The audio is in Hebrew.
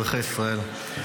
אזרחי ישראל,